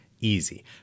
easy